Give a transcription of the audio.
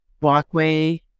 walkway